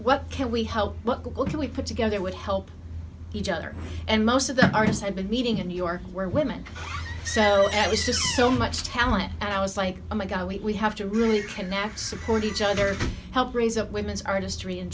what can we help what google can we put together would help each other and most of the artists i've been meeting in new york were women so that was just so much talent and i was like oh my god we have to really connect support each other help raise up women's artistry in